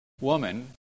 woman